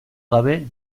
gabe